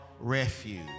refuge